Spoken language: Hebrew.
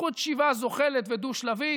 זכות שיבה זוחלת ודו-שלבית.